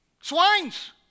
Swines